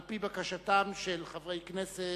על-פי בקשתם של חברי כנסת,